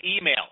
email